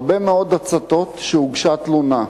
הרבה מאוד הצתות, והוגשה תלונה.